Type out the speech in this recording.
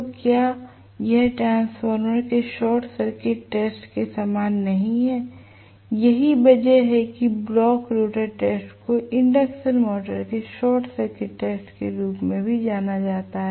तो क्या यह ट्रांसफॉर्मर के शॉर्ट सर्किट टेस्ट के समान नहीं है यही वजह है कि ब्लॉक रोटर टेस्ट को इंडक्शन मोटर के शॉर्ट सर्किट टेस्ट के रूप में भी जाना जाता है